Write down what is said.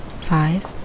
Five